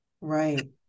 Right